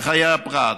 בחיי הפרט,